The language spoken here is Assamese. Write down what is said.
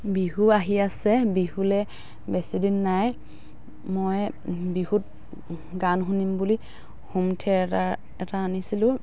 বিহু আহি আছে বিহুলৈ বেছি দিন নাই মই বিহুত গান শুনিম বুলি হোম থিয়েটাৰ এটা আনিছিলোঁ